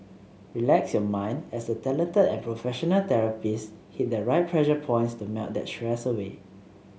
relax your mind as the talented and professional therapists hit the right pressure points to melt that stress away